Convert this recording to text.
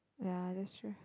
ya that's sure